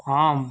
ஆம்